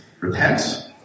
repent